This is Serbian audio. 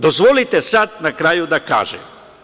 Dozvolite sad na kraju da kažem.